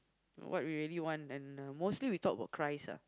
what we really want and uh mostly we talk about Christ ah